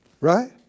right